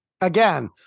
Again